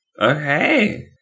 Okay